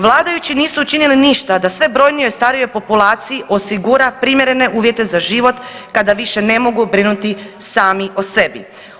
Vladajući nisu učinili ništa da sve brojnijoj starijoj populaciji osigura primjerene uvjete za život kada više ne mogu brinuti sami o sebi.